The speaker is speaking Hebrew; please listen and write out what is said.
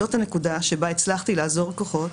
זאת הנקודה שבה הצלחתי לאזור כוחות,